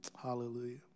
hallelujah